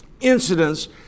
incidents